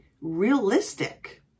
realistic